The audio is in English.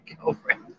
girlfriend